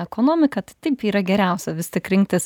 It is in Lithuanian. ekonomiką tai taip yra geriausia vis tik rinktis